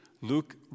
Luke